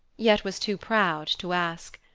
yet was too proud to ask.